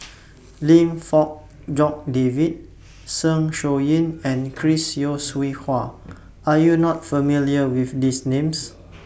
Lim Fong Jock David Zeng Shouyin and Chris Yeo Siew Hua Are YOU not familiar with These Names